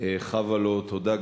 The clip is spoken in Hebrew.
חבה לו תודה גדולה,